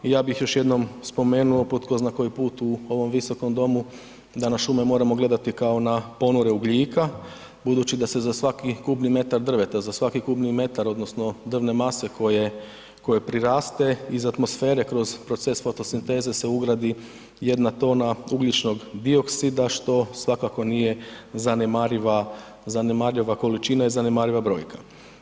Ja bih još jednom spomenuo po tko zna koji put u ovom visokom domu da na šume moramo gledati kao na ponore ugljika budući da se za svaki kubni metar drveta, za svaki kubni metar odnosno drvne mase koje, koje priraste iz atmosfere kroz proces fotosinteze se ugradi jedna tona ugljičnog dioksida, što svakako nije zanemariva, zanemariva količina i zanemariva brojke.